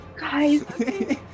guys